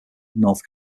north